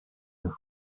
who